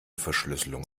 verschlüsselung